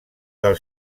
del